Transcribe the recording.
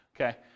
Okay